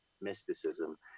mysticism